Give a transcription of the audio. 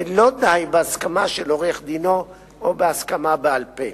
ולא די בהסכמה של עורך-דינו או בהסכמה בעל-פה.